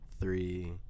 three